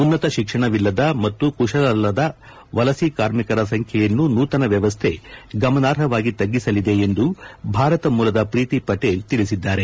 ಉನ್ನತ ಶಿಕ್ಷಣವಿಲ್ಲದ ಮತ್ತು ಕುಶಲರಲ್ಲದ ವಲಸಿ ಕಾರ್ಮಿಕರ ಸಂಖ್ವೆಯನ್ನು ನೂತನ ವ್ಣವಸ್ಥೆ ಗಮನಾರ್ಹವಾಗಿ ತಗ್ಗಿಸಲಿದೆ ಎಂದು ಭಾರತ ಮೂಲದ ಪ್ರೀತಿ ಪಟೇಲ್ ತಿಳಿಸಿದ್ದಾರೆ